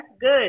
good